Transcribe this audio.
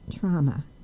trauma